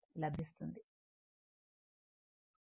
కాబట్టి ఆ సందర్భంలో ఇది 2199